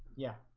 yeah.